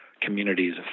communities